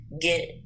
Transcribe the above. get